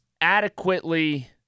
adequately